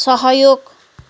सहयोग